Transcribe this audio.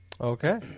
okay